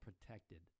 protected